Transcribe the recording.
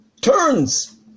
turns